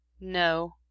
no